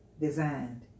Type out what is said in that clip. designed